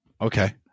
okay